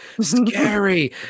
scary